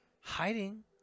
Hiding